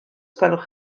gwelwch